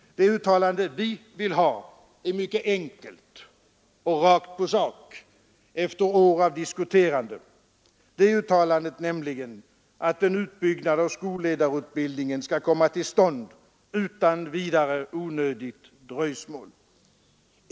Det uttalande vi vill ha är mycket enkelt och rakt på sak efter år av diskuterande: det uttalandet nämligen, att en utbyggnad av skolledarutbildningen skall komma till stånd utan vidare onödigt dröjsmål.